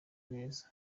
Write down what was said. neza